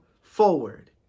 forward